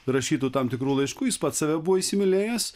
rašytų tam tikrų laiškų jis pats save buvo įsimylėjęs